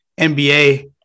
NBA